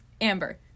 Amber